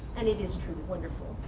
and it is truly wonderful.